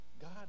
God